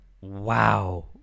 Wow